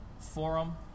forum